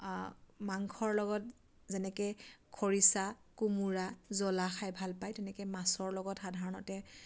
মাংসৰ লগত যেনেকৈ খৰিচা কোমোৰা জলা খাই ভাল পায় তেনেকৈ মাছৰ লগত সাধাৰণতে